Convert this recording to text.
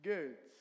Good